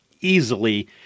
easily